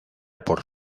por